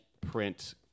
print